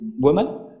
woman